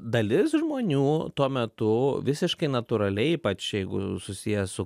dalis žmonių tuo metu visiškai natūraliai ypač jeigu susiję su